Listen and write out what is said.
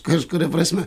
kažkuria prasme